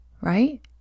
right